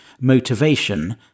motivation